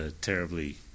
terribly